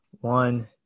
one